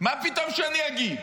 מה פתאום שאני אגיד?